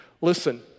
Listen